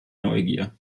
neugier